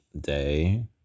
Day